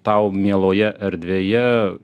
tau mieloje erdvėje